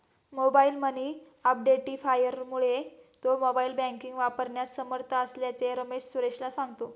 mobile money आयडेंटिफायरमुळे तो mobile banking वापरण्यास समर्थ असल्याचे रमेश सुरेशला सांगतो